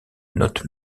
notes